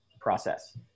process